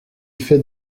fait